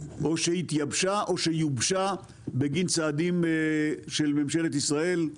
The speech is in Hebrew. שהתייבשה או שיובשה בגין צעדים של ממשלת ישראל,